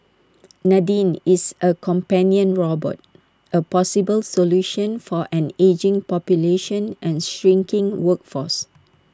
Nadine is A companion robot A possible solution for an ageing population and shrinking workforce